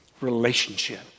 relationship